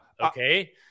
Okay